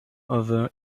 over